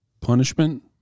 punishment